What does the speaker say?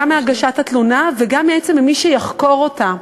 גם מהגשת התלונה וגם ממי שיחקור אותה.